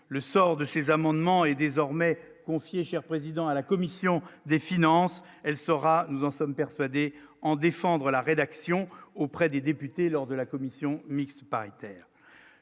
le sort de ces amendements est désormais confiée cher président à la commission des finances, elle saura nous en sommes persuadés en défendre la rédaction auprès des députés lors de la commission mixte paritaire